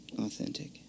authentic